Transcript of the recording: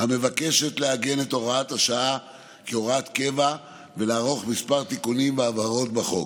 המבקשת לעגן את הוראת השעה כהוראת קבע ולערוך כמה תיקונים והבהרות בחוק.